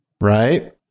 Right